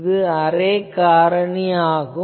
இது அரே காரணி ஆகும்